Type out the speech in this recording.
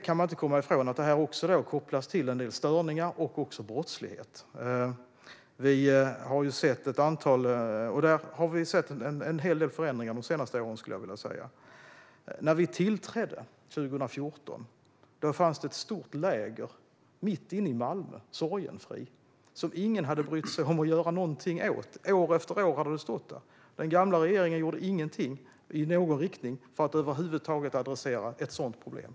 Man kan inte komma ifrån att det här också kopplas till en del störningar och brottslighet. Och vi har sett en hel del förändringar de senaste åren när det gäller det. När vi tillträdde 2014 fanns det ett stort läger mitt inne i Malmö, i Sorgenfri, som ingen hade brytt sig om att göra någonting åt. Det hade stått där år efter år. Den gamla regeringen gjorde ingenting i någon riktning för att över huvud taget adressera ett sådant problem.